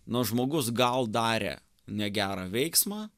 na žmogus gal darė negerą veiksmą